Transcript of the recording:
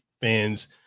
fans